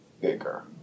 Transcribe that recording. bigger